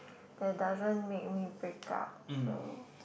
they doesn't make me pick up so